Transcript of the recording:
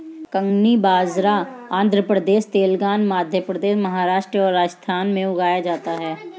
कंगनी बाजरा आंध्र प्रदेश, तेलंगाना, मध्य प्रदेश, महाराष्ट्र और राजस्थान में उगाया जाता है